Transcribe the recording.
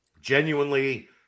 genuinely